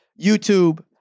YouTube